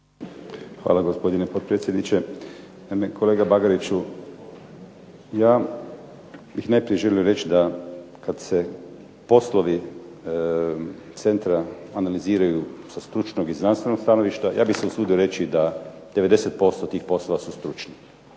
Hvala gospodine potpredsjedniče. Naime, kolega Bagariću ja bih najprije želio reći da kad se poslovi centra analiziraju sa stručnog i znanstvenog stanovišta, ja bih se usudio reći da 90% tih poslova su stručni.